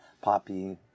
poppy